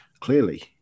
clearly